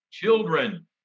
Children